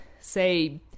say